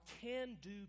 can-do